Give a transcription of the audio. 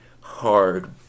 hard